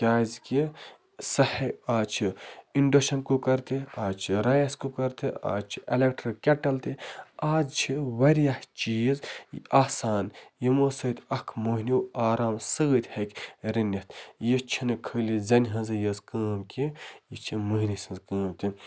کیٛازِ کہِ آز چھِ اِنٛڈَکشَن کُکَر تہِ آز چھِ رایِس کُکَر تہِ آز چھِ اٮ۪لَکٹرک کٮ۪ٹَل تہِ آز چھِ واریاہ چیٖز آسان یِمَو سۭتۍ اَکھ مہنیو آرام سۭتۍ ہیٚکہِ رٔنِتھ یہِ چھِنہٕ خٲلی زَنہِ ہٕنٛزٕے یٲژ کٲم کیٚنہہ یہِ چھِ مہنی سٔنٛز کٲم